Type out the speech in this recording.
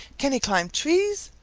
can he climb trees?